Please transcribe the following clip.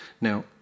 Now